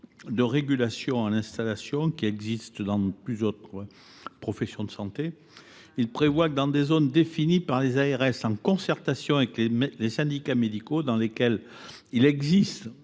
de régulation à l’installation qui existe dans plusieurs professions de santé. Dans des zones, définies par les ARS en concertation avec les syndicats médicaux, dans lesquelles existe